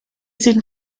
sind